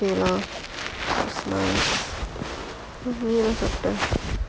okay lor அப்புறம் நீ என்ன சாப்ட்ட:appuram nee enna saaptta